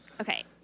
Okay